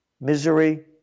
Misery